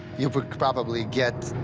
you would probably get.